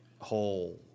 whole